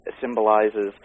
symbolizes